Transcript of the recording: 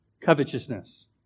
covetousness